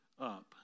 up